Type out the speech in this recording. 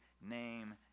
name